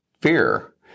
fear